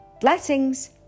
Blessings